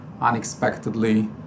unexpectedly